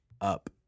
up